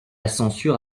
censure